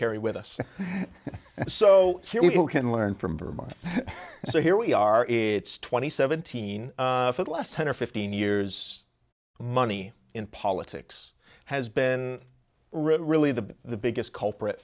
carry with us so here we can learn from vermont so here we are it's twenty seventeen that last ten or fifteen years money in politics has been really the the biggest culprit